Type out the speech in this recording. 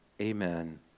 Amen